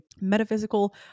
metaphysical